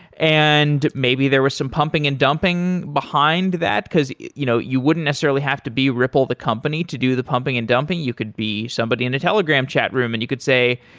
and maybe there were some pumping and dumping behind that, because you know you wouldn't necessarily have to be ripple, the company, to do the pumping and dumping. you could be somebody in a telegram chat room and you could say,